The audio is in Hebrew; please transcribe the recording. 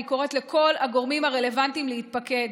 אני קוראת לכל הגורמים הרלוונטיים להתפקד,